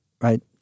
right